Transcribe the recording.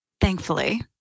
thankfully